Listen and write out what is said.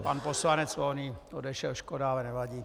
Pan poslanec Volný odešel, škoda, ale nevadí.